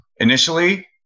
initially